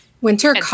Winter